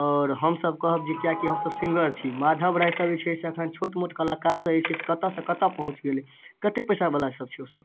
आओर हमसब कहब जे किएक कि हमसब सिंगर छी माधव राय सब जे छै से एखन छोट मोट कलाकारसँ जे छै कतऽ सँ कतऽ पहुँच गेलै कते पैसावला सब छै ओ सब